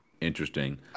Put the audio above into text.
interesting